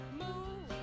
move